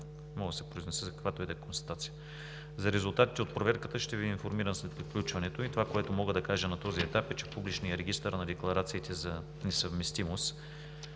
За резултатите от проверката ще Ви информирам след приключването ѝ. Това, което мога да кажа на този етап, е, че от публичния регистър на декларациите за несъвместимост